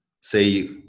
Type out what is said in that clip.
say